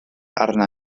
arna